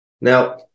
now